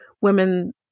women